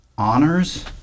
honors